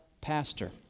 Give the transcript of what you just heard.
pastor